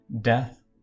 death